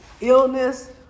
illness